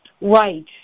right